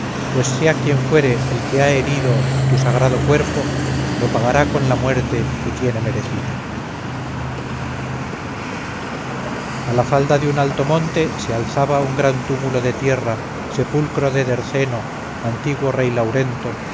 pues sea quien fuere el que ha herido tu sagrado cuerpo lo pagará con la muerte que tiene merecida a la falda de un alto monte se alzaba un gran túmulo de tierra sepulcro de derceno antiguo rey laurento